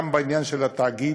גם בעניין של התאגיד,